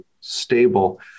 stable